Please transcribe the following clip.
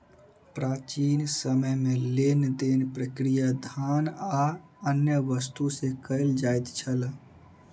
प्राचीन समय में लेन देन प्रक्रिया धान आ अन्य वस्तु से कयल जाइत छल